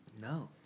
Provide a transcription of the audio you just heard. No